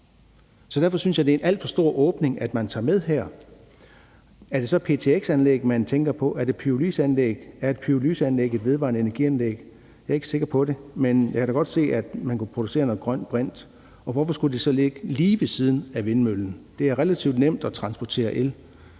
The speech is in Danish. Så derfor synes jeg, det er en alt for stor åbning, at man tager det med her. Er det så ptx-anlæg, man tænker på? Er det pyrolyseanlæg, man tænker på? Er et pyrolyseanlæg et vedvarende energi-anlæg? Jeg er ikke sikker på det, men jeg kan da godt se, at man kunne producere noget grøn brint, og hvorfor skulle det så ligge lige ved siden af vindmøllen? Det er relativt nemt at transportere el.